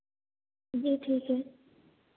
जी ठीक है